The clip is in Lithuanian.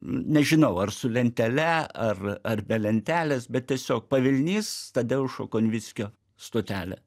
nežinau ar su lentele ar ar be lentelės bet tiesiog pavilnys tadeušo konvickio stotelė